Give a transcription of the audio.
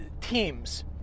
Teams